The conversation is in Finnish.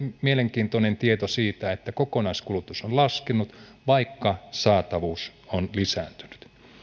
mielenkiintoinen tieto siitä että kokonaiskulutus on laskenut vaikka saatavuus on lisääntynyt